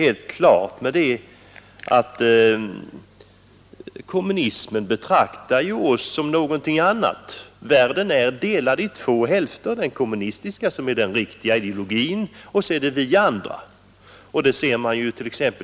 Enligt kommunisterna är världen delad i två hälfter; den ena hälften är kommunistisk och har alltså den riktiga ideologin, och den andra hälften utgörs av oss andra.